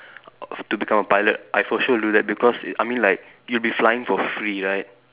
of to become a pilot I for sure will do that because I mean like you'll be flying for free right